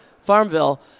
Farmville